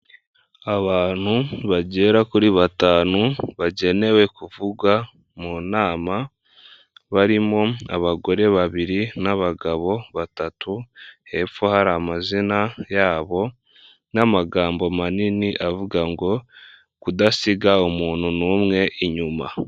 Abantu bagera kuri batanu bagenewe kuvuga mu nama barimo abagore babiri n'abagabo batatu, hepfo hari amazina y'abo n'amagambo manini avuga ngo kudasiga umuntu n'umwe inyuma.